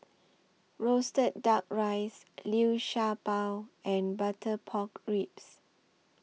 Roasted Duck Rice Liu Sha Bao and Butter Pork Ribs